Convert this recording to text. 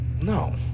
No